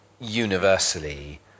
universally